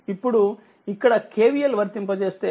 ఇప్పుడుఇక్కడKVL వర్తింపజేస్తే iSC 0